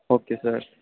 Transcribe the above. okay sir